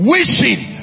Wishing